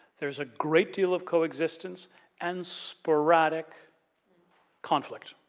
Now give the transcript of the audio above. there's a great deal of coexistence and sporadic conflict.